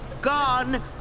Gone